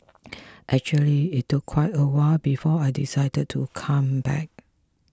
actually it took quite a while before I decided to come back